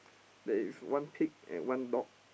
there is one pig and one dog